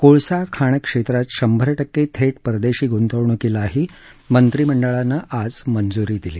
कोळसा खाण क्षेत्रात शंभर टक्के थेट परदेशी गुंतवणुकीलाही मंत्रिमंडळानं आज मंजुरी दिली